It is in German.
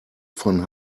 von